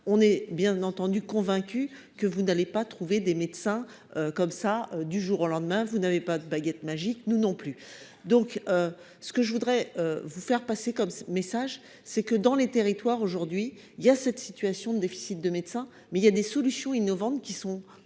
on est bien entendu convaincus que vous n'allez pas trouver des médecins comme ça du jour au lendemain, vous n'avez pas de baguette magique, nous non plus, donc ce que je voudrais vous faire passer comme message, c'est que dans les territoires, aujourd'hui il y a cette situation de déficit de médecins mais il y a des solutions innovantes qui sont